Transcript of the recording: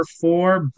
four